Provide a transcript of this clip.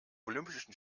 olympischen